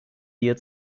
dir